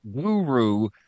guru